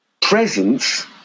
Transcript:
presence